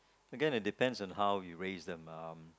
again it depends on how you raise them um